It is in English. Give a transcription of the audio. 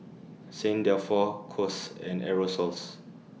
Saint Dalfour Kose and Aerosoles